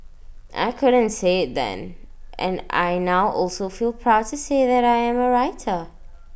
I couldn't say IT then and I now also feel proud to say I am A writer